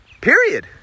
Period